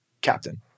captain